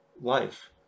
life